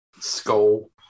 Skull